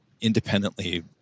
independently